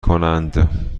کنند